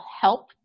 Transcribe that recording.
help